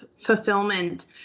fulfillment